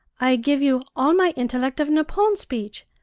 i give you all my intellect of nippon speech.